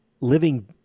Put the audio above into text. living